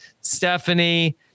Stephanie